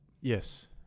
Yes